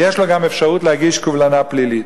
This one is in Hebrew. ויש לו גם אפשרות להגיש קובלנה פלילית,